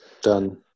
Done